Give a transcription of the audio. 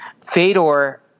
Fedor –